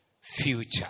future